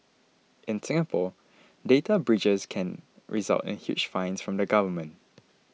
in Singapore data breaches can result in huge fines from the government